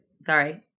Sorry